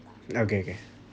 okay okay